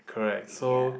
correct so